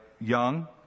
young